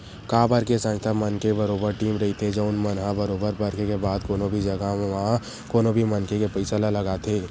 काबर के संस्था मन के बरोबर टीम रहिथे जउन मन ह बरोबर परखे के बाद कोनो भी जघा म कोनो भी मनखे के पइसा ल लगाथे